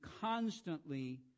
constantly